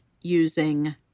using